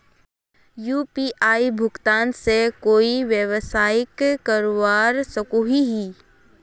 UPI भुगतान से कोई व्यवसाय करवा सकोहो ही?